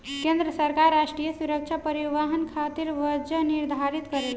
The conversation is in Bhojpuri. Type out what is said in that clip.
केंद्र सरकार राष्ट्रीय सुरक्षा परिवहन खातिर बजट निर्धारित करेला